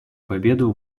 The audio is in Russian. победу